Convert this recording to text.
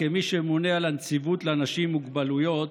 כמי שממונה על הנציבות לאנשים עם מוגבלויות,